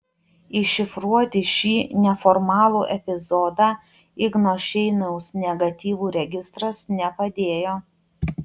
iššifruoti šį neformalų epizodą igno šeiniaus negatyvų registras nepadėjo